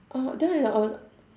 uh then I I was